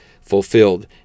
fulfilled